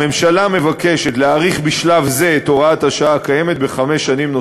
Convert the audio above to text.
הממשלה מבקשת להאריך בשלב זה את תוקף הוראת השעה הקיימת בחמש שנים,